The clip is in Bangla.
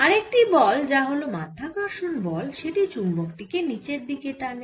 আরেকটি বল যা হল মাধ্যাকর্ষণ বল সেটি চুম্বক টি কে নিচের দিকে টানে